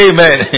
Amen